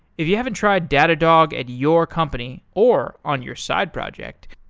if you haven't tried datadog at your company or on your side project,